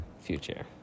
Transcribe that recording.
future